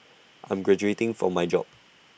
I'm graduating from my job